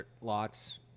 lots